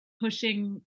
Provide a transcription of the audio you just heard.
pushing